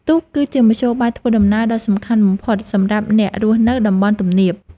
ទូកគឺជាមធ្យោបាយធ្វើដំណើរដ៏សំខាន់បំផុតសម្រាប់អ្នករស់នៅតំបន់ទំនាប។